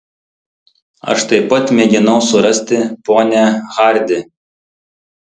aš taip pat mėginau surasti ponią hardi